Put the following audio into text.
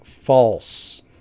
false